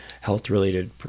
health-related